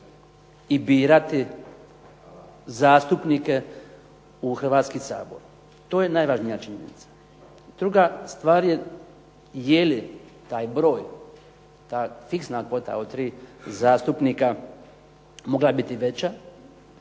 i birati zastupnike u Hrvatski sabor. To je najvažnija činjenica. Druga stvar je, je li taj broj, ta fiksna kvota od tri zastupnika mogla biti veća